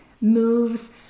moves